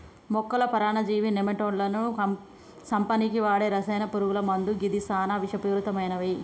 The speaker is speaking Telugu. మొక్కల పరాన్నజీవి నెమటోడ్లను సంపనీకి వాడే రసాయన పురుగుల మందు గిది సానా విషపూరితమైనవి